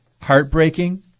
heartbreaking